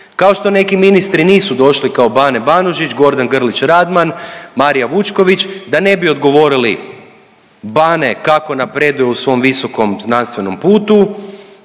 Kao što neki ministri nisu došli kao Bane Banožić, Gordan Grlić Radman, Marija Vučković da ne bi odgovorili Bane kako napreduje u svom visokom znanstvenom putu,